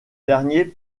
dernier